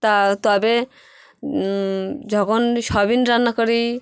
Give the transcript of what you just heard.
তা তবে যখন সোয়াবিন রান্না করি